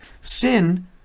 Sin